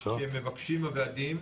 לפרויקטים שמבקשים הוועדים.